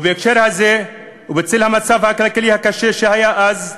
ובהקשר הזה, ובצל המצב הכלכלי הקשה שהיה אז,